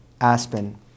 Aspen